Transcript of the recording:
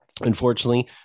Unfortunately